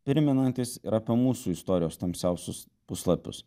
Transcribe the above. primenantis ir apie mūsų istorijos tamsiausius puslapius